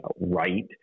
right